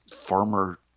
former